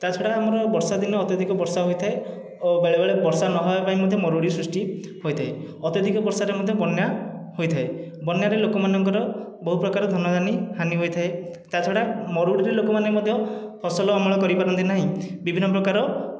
ତା ଛଡ଼ା ଆମର ବର୍ଷା ଦିନ ଅତ୍ୟଧିକ ବର୍ଷା ହୋଇଥାଏ ଓ ବେଳେ ବେଳେ ବର୍ଷା ନ ହେବା ପାଇଁ ମରୁଡ଼ି ସୃଷ୍ଟି ହୋଇଥାଏ ଅତ୍ୟଧିକ ବର୍ଷାରେ ମଧ୍ୟ ବନ୍ୟା ହୋଇଥାଏ ବନ୍ୟାରେ ଲୋକମାନଙ୍କର ବହୁପ୍ରକାର ଧନଧାନୀ ହାନି ହୋଇଥାଏ ତା ଛଡ଼ା ମରୁଡ଼ିରେ ଲୋକମାନେ ମଧ୍ୟ ଫସଲ ଅମଳ କରିପାରନ୍ତି ନାହିଁ ବିଭିନ୍ନ ପ୍ରକାର